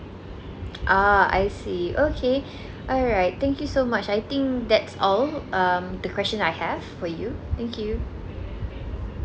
ah I see okay all right thank you so much I think that's all um the question I have for you thank you